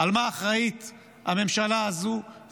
על מה אחראית הממשלה הזאת,